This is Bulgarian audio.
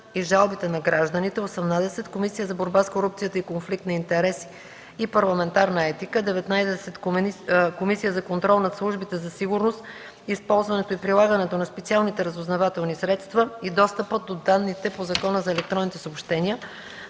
Комисията за контрол над службите за сигурност, използването и прилагането на специалните разузнавателни средства и достъпа до данните по Закона за електронните съобщения